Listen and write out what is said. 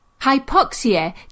hypoxia